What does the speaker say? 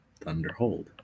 Thunderhold